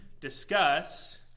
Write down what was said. discuss